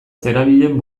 zerabilen